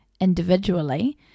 individually